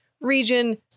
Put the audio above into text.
region